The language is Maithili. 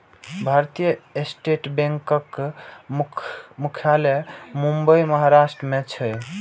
भारतीय स्टेट बैंकक मुख्यालय मुंबई, महाराष्ट्र मे छै